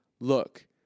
Look